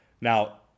Now